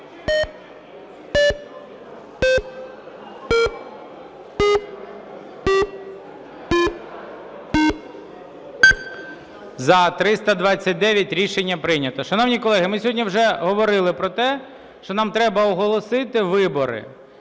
За-329 Рішення прийнято. Шановні колеги, ми сьогодні вже говорили про те, що нам треба оголосити вибори.